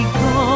go